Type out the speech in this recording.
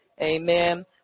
Amen